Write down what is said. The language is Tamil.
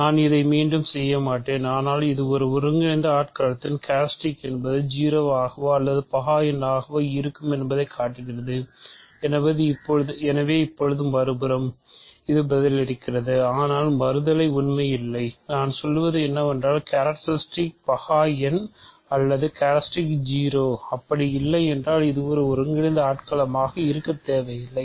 நான் இதை மீண்டும் செய்ய மாட்டேன் ஆனால் இது ஒரு ஒருங்கிணைந்த களத்தின் கேரக்ட்ரிஸ்டிக் 0அப்படி இல்லை என்றால் அது ஒரு ஒருங்கிணைந்த ஆட்களமாக இருக்க தேவையில்லை